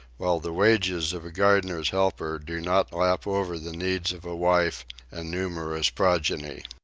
while the wages of a gardener's helper do not lap over the needs of a wife and numerous progeny.